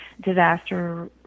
disaster